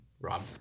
Rob